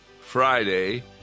Friday